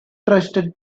trusted